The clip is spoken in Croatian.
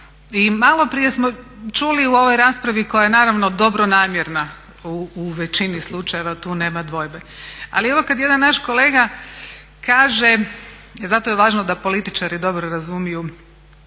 I maloprije smo čuli u ovoj raspravi koja je naravno dobronamjerna u većini slučajeva, tu nema dvojbe, ali evo kad jedan naš kolega kaže, zato je važno da političari dobro razumiju